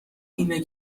اینه